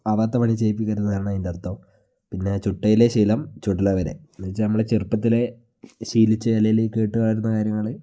ആവാത്ത പണി ചെയ്യിപ്പിക്കരുതെന്നാണ് അതിൻ്റെ അർഥം പിന്നെ ചുട്ടയിലെ ശീലം ചുടലവരെ എന്നു വെച്ചാൽ നമ്മൾ ചെറുപ്പത്തിലെ ശീലിച്ചു അല്ലെങ്കിൽ കേട്ടുവളരുന്ന കാര്യങ്ങൾ